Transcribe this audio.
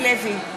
ז'קי לוי,